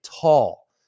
tall